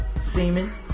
Semen